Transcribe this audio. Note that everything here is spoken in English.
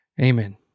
Amen